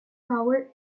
power